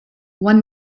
one